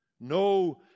No